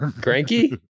Cranky